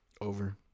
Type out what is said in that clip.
Over